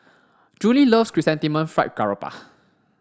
Juli love Chrysanthemum Fried Garoupa